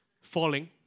falling